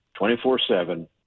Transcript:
24-7